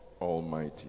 Almighty